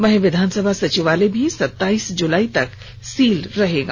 वहीं विधानसभा सचिवालय भी सताईस जुलाई तक सील रहेगी